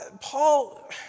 Paul